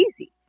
easy